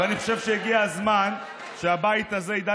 אני חושב שהגיע הזמן שהבית הזה ידע